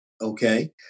okay